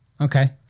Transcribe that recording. Okay